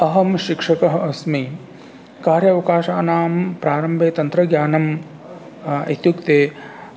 अहं शिक्षकः अस्मि कार्यावकाशानां प्रारम्भे तन्त्रज्ञानम् इत्युक्ते